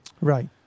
Right